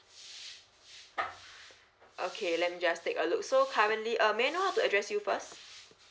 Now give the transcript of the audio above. okay let me just take a look so currently uh may I know how to address you first